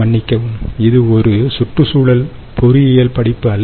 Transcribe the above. மன்னிக்கவும் இது ஒரு சுற்றுச்சூழல் பொறியியல்படிப்பு அல்ல